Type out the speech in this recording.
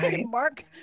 Mark